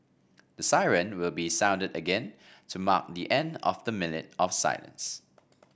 the siren will be sounded again to mark the end of the minute of silence